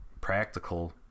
practical